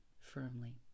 firmly